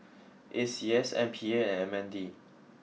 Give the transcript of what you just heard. A C S M P A and M N D